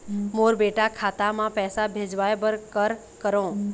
मोर बेटा खाता मा पैसा भेजवाए बर कर करों?